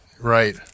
Right